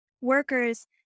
workers